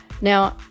Now